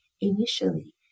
initially